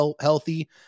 healthy